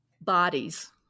bodies